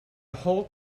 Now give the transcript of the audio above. whole